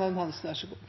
med